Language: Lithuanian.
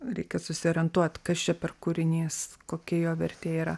reikia susiorientuot kas čia per kūrinys kokia jo vertė yra